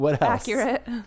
Accurate